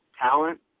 talent